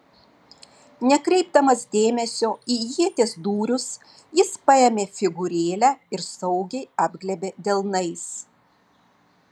nekreipdamas dėmesio į ieties dūrius jis paėmė figūrėlę ir saugiai apglėbė delnais